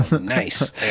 Nice